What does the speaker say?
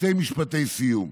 שני משפטי סיום.